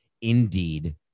indeed